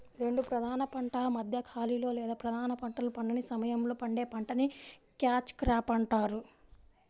రెండు ప్రధాన పంటల మధ్య ఖాళీలో లేదా ప్రధాన పంటలు పండని సమయంలో పండే పంటని క్యాచ్ క్రాప్ అంటారు